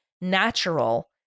natural